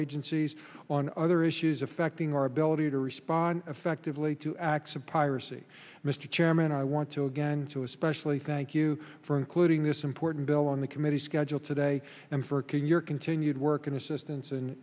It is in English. agencies on other issues affecting our ability to respond effectively to acts of piracy mr chairman i want to again to especially thank you for including this important bill on the committee schedule today and for your continued work and assistance